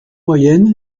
moyenne